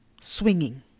swinging